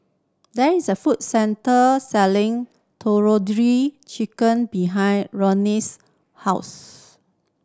there is a food centre selling Tandoori Chicken behind 's house